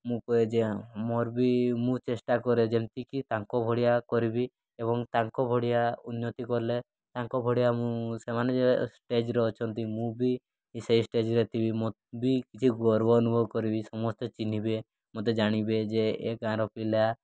ମୁଁ କୁହେ ଯେ ମୋର ବି ମୁଁ ଚେଷ୍ଟା କରେ ଯେମିତିକି ତାଙ୍କ ଭଳିଆ କରିବି ଏବଂ ତାଙ୍କ ଭଳିଆ ଉନ୍ନତି କଲେ ତାଙ୍କ ଭଳିଆ ମୁଁ ସେମାନେ ଯେ ଷ୍ଟେଜ୍ରେ ଅଛନ୍ତି ମୁଁ ବି ସେଇ ଷ୍ଟେଜ୍ରେ ଥିବି ମୋତେ ବି କିଛି ଗର୍ବ ଅନୁଭବ କରିବି ସମସ୍ତେ ଚିହ୍ନିବେ ମୋତେ ଜାଣିବେ ଯେ ଏ ଗାଁର ପିଲା